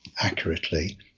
accurately